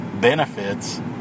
benefits